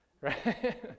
Right